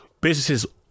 Businesses